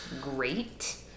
great